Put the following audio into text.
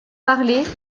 parlé